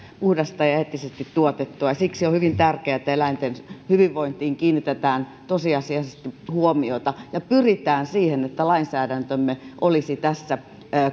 puhdasta ja eettisesti tuotettua ja siksi on hyvin tärkeää että eläinten hyvinvointiin kiinnitetään tosiasiallisesti huomiota ja pyritään siihen että lainsäädäntömme olisi tässä